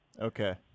Okay